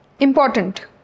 important